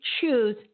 choose